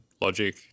Logic